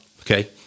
Okay